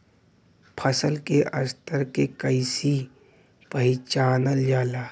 फसल के स्तर के कइसी पहचानल जाला